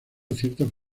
ciertas